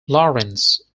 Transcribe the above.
lawrence